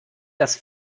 dass